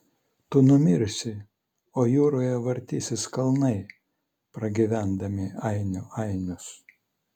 tu numirsi o jūroje vartysis kalnai pragyvendami ainių ainius